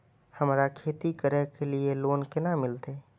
हमरा खेती करे के लिए लोन केना मिलते?